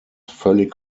völlig